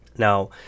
Now